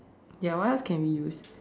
ya what else can we use